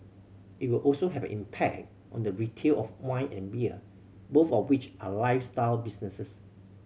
it will also have an impact on the retail of wine and beer both of which are lifestyle businesses